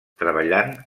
treballant